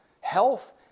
health